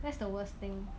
that's the worst thing